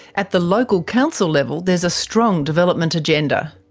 at the local council level, there's a strong development agenda.